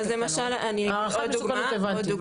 אז למשל אני אגיד עוד דוגמא הערכת מסוכנות הבנתי,